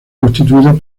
constituido